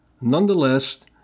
Nonetheless